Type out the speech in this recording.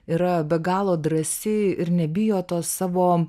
yra be galo drąsi ir nebijo to savo